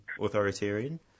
authoritarian